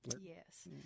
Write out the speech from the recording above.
Yes